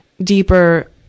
deeper